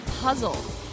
Puzzle